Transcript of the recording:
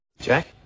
Jack